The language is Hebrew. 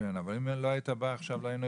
הוסיפו פה חברי כנסת,